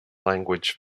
language